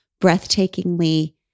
breathtakingly